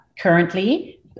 Currently